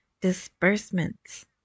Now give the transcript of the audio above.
disbursements